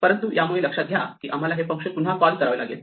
परंतु यामुळे लक्षात घ्या की आम्हाला हे फंक्शन पुन्हा कॉल करावे लागेल